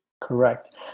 Correct